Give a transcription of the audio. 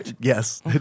yes